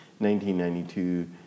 1992